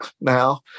now